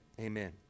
Amen